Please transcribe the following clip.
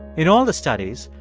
in all the studies,